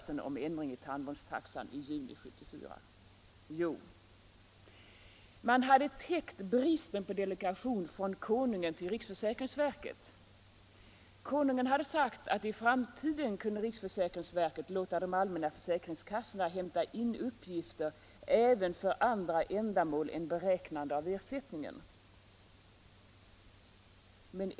Jo, man hade täckt bristen på delegation från Konungen till riksförsäkringsverket. Konungen hade sagt att i framtiden kunde riksförsäkringsverket låta de allmänna försäkringskassorna hämta in uppgifter även för andra ändamål än beräknande av ersättningen.